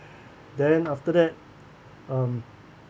then after that um